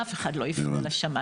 אף אחד לא יפנה לשמאי.